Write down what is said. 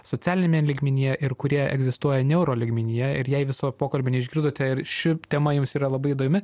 socialiniame lygmenyje ir kurie egzistuoja neuro lygmenyje ir jei viso pokalbio neišgirdote ir ši tema jums yra labai įdomi